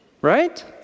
Right